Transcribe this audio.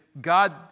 God